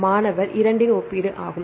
மாணவர் 2 இன் ஒப்பீடு ஆகும்